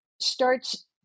starts